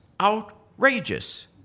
outrageous